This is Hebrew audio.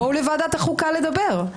בואו לוועדת החוקה לדבר.